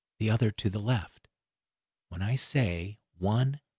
the other to the left when i say one,